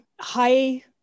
high